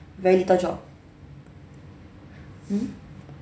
very little job mm